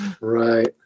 right